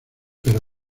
pero